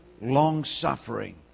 long-suffering